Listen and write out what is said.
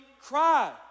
cry